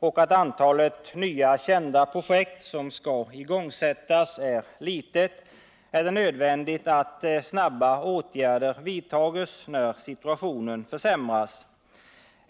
och då antalet nya kända projekt som skall igångsättas är litet, är det nödvändigt att snara åtgärder vidtas när situationen försämras.